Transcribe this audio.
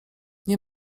nie